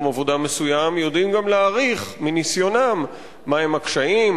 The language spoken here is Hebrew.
עבודה מסוים יודעים גם להעריך מניסיונם מהם הקשיים,